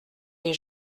les